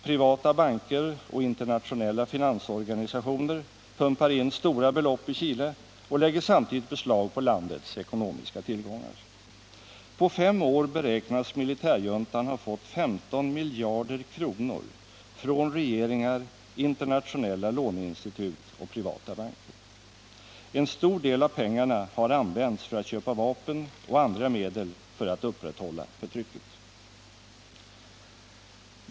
Privata banker och internationella finansorganisationer pumpar in stora belopp i Chile och lägger samtidigt beslag på landets ekonomiska tillgångar. På fem år beräknas militärjuntan ha fått 15 miljarder kronor från regeringar, internationella låneinstitut och privata banker. En stor del av pengarna har använts för att köpa vapen och andra medel för att upprätthålla förtrycket.